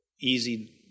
easy